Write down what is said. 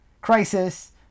Crisis